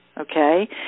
Okay